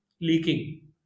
leaking